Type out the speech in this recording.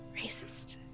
Racist